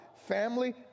family